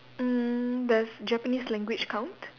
mm does Japanese language count